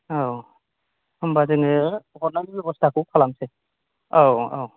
औ होनबा जोङो हरनायनि बेबस्थाखौ खालामसै औ औ